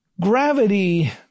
Gravity